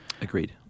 Agreed